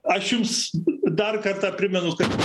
aš jums dar kartą primenu kad